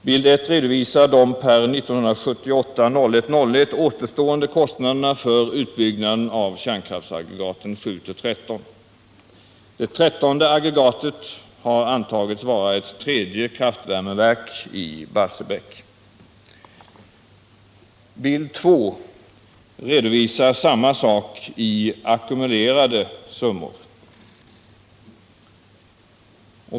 Vi lät redovisa de per den 1 januari 1978 återstående kostnaderna för utbyggnaden av kärnkraftsaggregaten 7-13. Det trettonde aggregatet har antagits vara ett tredje kraftvärmeverk i Barsebäck. På bild 2 redovisas samma sak i ackumulerade summor.